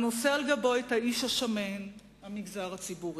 הנושא על גבו את האיש השמן, המגזר הציבורי.